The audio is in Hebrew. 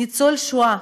ניצול השואה